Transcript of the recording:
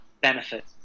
benefit